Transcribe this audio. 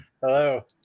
Hello